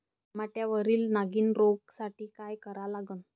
टमाट्यावरील नागीण रोगसाठी काय करा लागन?